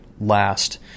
last